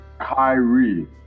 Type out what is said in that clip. Kyrie